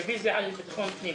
רוויזיה על ביטחון פנים.